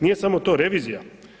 Nije samo to, revizija.